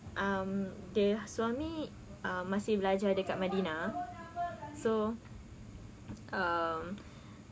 um the suami ah masih belajar dekat medina so um